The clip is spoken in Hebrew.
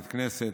בית הכנסת,